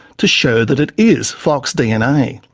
to show that it is fox dna.